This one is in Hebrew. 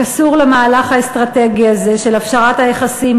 רק אסור למהלך האסטרטגי הזה של הפשרת היחסים